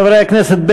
חברי הכנסת,